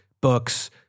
books